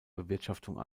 bewirtschaftung